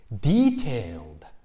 detailed